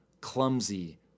clumsy